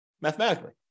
mathematically